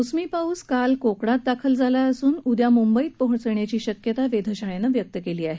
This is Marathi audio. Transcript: मोसमी पाऊस काल कोकणात दाखल झालेला उद्या मुंबईत पोचण्याची शक्यता वेधशाळेनं व्यक्त केली आहे